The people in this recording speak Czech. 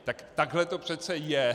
Tak takhle to přece je.